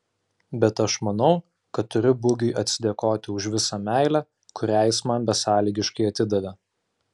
bet aš manau kad turiu bugiui atsidėkoti už visą meilę kurią jis man besąlygiškai atidavė